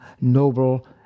noble